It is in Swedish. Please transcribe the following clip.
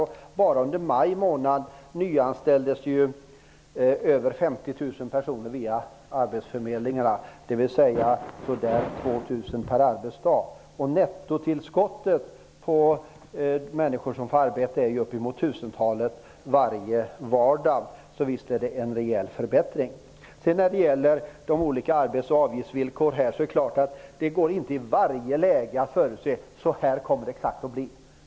Enbart under maj månad nyanställdes över 50 000 personer per arbetsdag. Nettotillskottet när det gäller människor som får arbete är uppemot tusentalet varje vardag. Visst är detta en rejäl förbättring. Det är klart att det inte i varje läge går att förutse hur det kommer att bli när det gäller de olika arbets -- eoch avgiftsvillkoren.